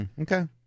Okay